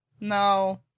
No